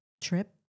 trip